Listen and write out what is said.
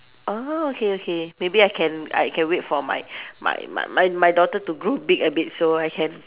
oh okay okay maybe I can I can wait for my my my my daughter to grow big a bit so I can